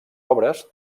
obres